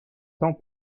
temps